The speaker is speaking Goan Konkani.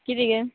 किदें गे